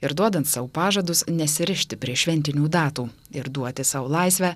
ir duodant sau pažadus nesirišti prie šventinių datų ir duoti sau laisvę